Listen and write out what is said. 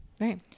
Right